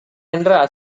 என்ற